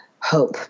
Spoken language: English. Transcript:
hope